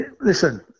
Listen